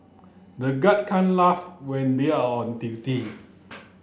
the guard can't laugh when they are on duty